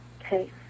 Okay